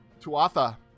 Tuatha